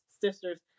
sisters